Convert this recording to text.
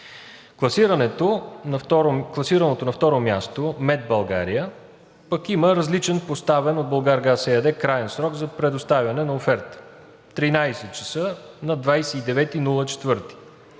Класираното на второ място „MET България“ пък има различен поставен от „Булгаргаз“ ЕАД краен срок за предоставяне на оферта – 13,00 ч. на 29